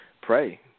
pray